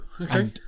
okay